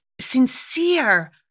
sincere